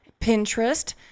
Pinterest